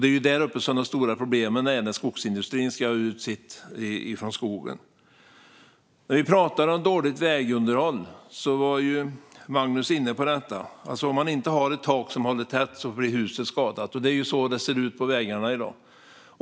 Det är ju där uppe de stora problemen finns när skogsindustrin ska ha ut sin råvara från skogen. Lite som Magnus var inne på vad gäller dåligt vägunderhåll: Håller taket inte tätt blir huset skadat. Så ser det ut på vägarna i dag.